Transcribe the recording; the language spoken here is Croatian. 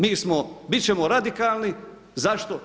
Mi smo, biti ćemo radikalni, zašto?